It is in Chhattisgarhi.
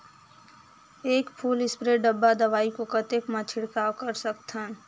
एक फुल स्प्रे डब्बा दवाई को कतेक म छिड़काव कर सकथन?